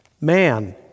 Man